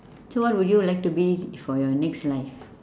so what would you like to be for your next life